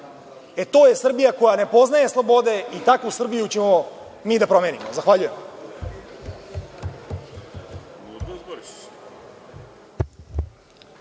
To je Srbija koja ne poznaje slobode i takvu Srbiju ćemo mi da promenimo. Zahvaljujem.